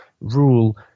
rule